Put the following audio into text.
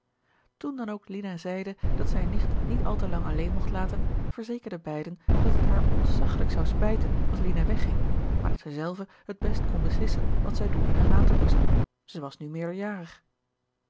toen dan ook lina zeide dat zij nicht niet al te lang alleen mocht laten verzekerden beiden dat het haar ontzaggelijk zou spijten als lina wegging maar dat zij zelve het best kon beslissen wat zij doen en laten moest zij was nu meerderjarig